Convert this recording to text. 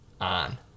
on